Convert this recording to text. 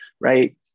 right